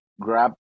grab